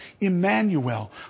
Emmanuel